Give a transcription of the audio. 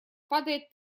падает